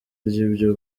ry’ibyo